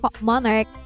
monarch